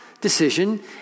decision